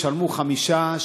שישלמו 5,